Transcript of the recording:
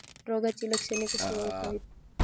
रोगाची लक्षणे कशी ओळखावीत?